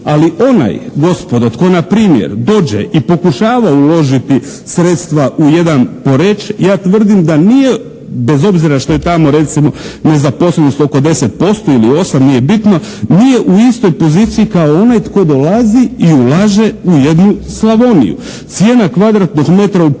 Ali onaj gospodo, tko na primjer dođe i pokušava uložiti sredstva u jedan Poreč, ja tvrdim da nije bez obzira što je tamo recimo nezaposlenost oko 10% ili 8 nije bitno, nije u istoj poziciji kao onaj tko dolazi i ulaže u jednu Slavoniju. Cijena kvadratnog metra u